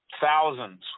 thousands